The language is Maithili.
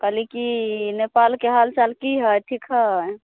कहली कि नेपालके हालचाल कि हइ ठीक हइ